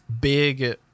big